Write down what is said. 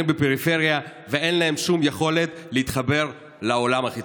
בפריפריה ואין להם שום יכולת להתחבר לעולם החיצון.